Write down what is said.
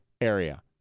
area